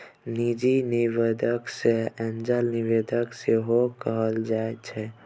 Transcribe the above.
निजी निबेशक केँ एंजल निबेशक सेहो कहल जाइ छै